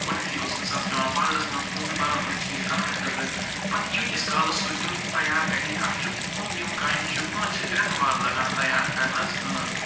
گۄڈٕنٮ۪تھٕے اوس اِنسانَس پٮ۪وان بازرَس منٛز پونٛسہٕ بَرُن یِم چیٖز اَنٛنہٕ خٲطرٕ پتہٕ ییٖتِس کالَس سُہ یِم تیار کَرِہے اَتھ چھُ یِم یِم کامہِ چھِ یِمَن چھِ رٮ۪تہٕ واد لگان تیار کَرنَس منٛز